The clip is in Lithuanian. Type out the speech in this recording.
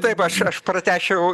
taip aš aš pratęsčiau